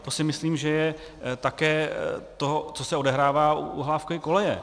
To si myslím, že je také to, co se odehrává u Hlávkovy koleje.